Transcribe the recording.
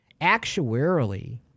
actuarially